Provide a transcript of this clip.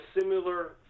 similar